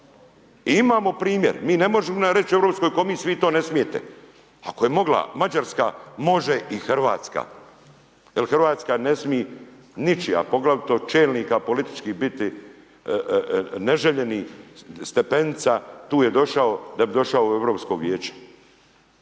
I imamo primjer. Mi ne možemo reći Europskoj komisiji vi to ne smijete. Ako je mogla Mađarska, može i Hrvatska jer Hrvatska ne smije, ničija a poglavito čelnika političkih biti neželjenih stepenica, tu je došao da bi došao u Europsko vijeće.